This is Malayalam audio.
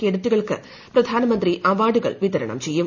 കേഡറ്റുകൾക്ക് പ്രധാനമന്ത്രി അവാർഡുകൾ വിതരണം ചെയ്യും